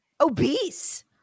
obese